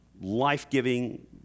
life-giving